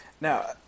Now